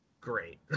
great